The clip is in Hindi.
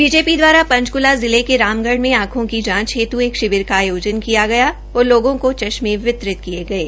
बीजेपी दवारा पंचक्ला जिले के रामगढ़ में आखों की जांच हेत् एक शिविर का आयोजन किया गया और लोगों को चश्में वितरित किये गये